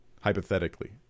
hypothetically